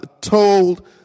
told